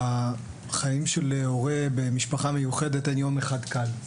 בחיים של הורה במשפחה מיוחדת אין יום אחד קל.